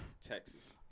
Texas